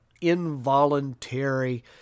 involuntary